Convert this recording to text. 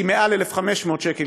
היא מעל 1,500 שקל,